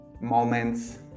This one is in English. moments